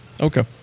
okay